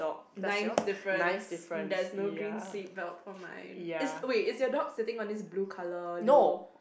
nine difference there's no green seat belt for mine is wait is your dog sitting on this blue colour though